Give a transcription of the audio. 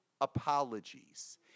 apologies